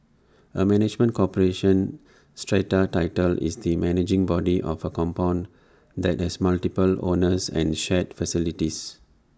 A management corporation strata title is the managing body of A compound that has multiple owners and shared facilities